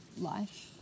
life